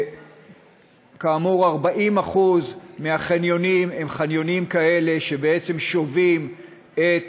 כאמור, 40% מהחניונים הם חניונים כאלה, ששובים את